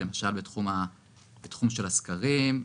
למשל בתחום של הסקרים,